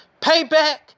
payback